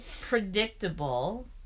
predictable